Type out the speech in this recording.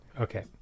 Okay